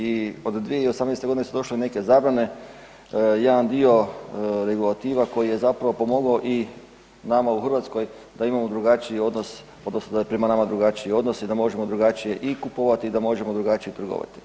I od 2018.g. su došle neke zabrane, jedan dio regulativa koji je zapravo pomogao i nama u Hrvatskoj da imamo drugačiji odnos odnosno da je prema nama drugačiji odnos i da možemo drugačije i kupovati i da možemo drugačije i trgovati.